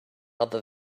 other